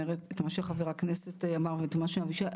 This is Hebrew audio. שחבר הכנסת אמר ואת מה שאבישי אמר.